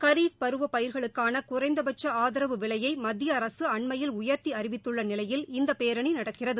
கரீஃப் பருவ பயிர்களுக்கான குறைந்தபட்ச ஆதரவு விலையை மத்திய அரசு அண்மையில் உயர்த்தி அறிவித்துள்ள நிலையில் இந்த பேரணி நடக்கிறது